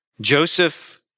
Joseph